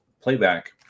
playback